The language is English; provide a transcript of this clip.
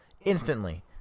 instantly